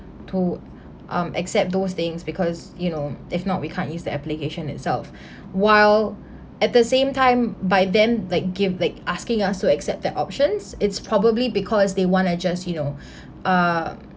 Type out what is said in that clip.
to um except those things because you know if not we can't use the application itself while at the same time by them like give like asking us to accept that options it's probably because they want to just you know uh